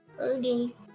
Okay